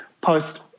post